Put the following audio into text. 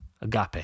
agape